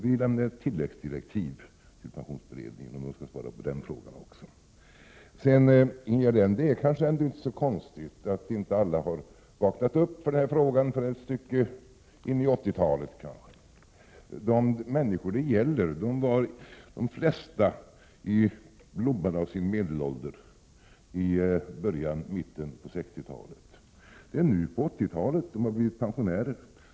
Då får vi lämna ett tilläggsdirektiv till pensionsberedningen, om den skall svara på den frågan också. Det är kanske inte så konstigt, Ingegerd Elm, att inte alla har vaknat upp i den här frågan förrän ett stycke in på 80-talet. De flesta av de människor det gäller var i blomman av sin medelålder i början och mitten av 60-talet. Det är nu på 80-talet de blivit pensionärer.